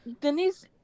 Denise